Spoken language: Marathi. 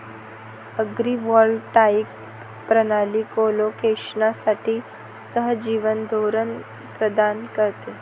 अग्रिवॉल्टाईक प्रणाली कोलोकेशनसाठी सहजीवन धोरण प्रदान करते